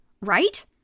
Right